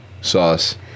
sauce